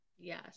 Yes